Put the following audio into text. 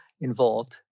involved